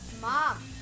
Mom